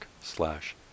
slash